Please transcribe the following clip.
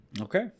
Okay